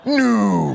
new